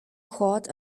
court